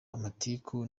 amatiku